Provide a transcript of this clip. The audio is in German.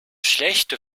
schlechte